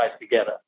together